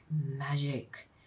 magic